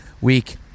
week